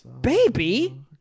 baby